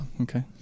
okay